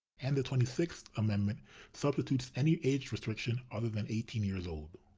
and the twenty sixth amendment substitutes any age restriction other than eighteen years old.